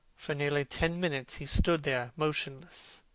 for nearly ten minutes he stood there, motionless,